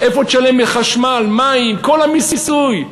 מאיפה תשלם חשמל, מים, כל המיסוי?